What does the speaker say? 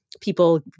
People